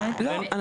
לא,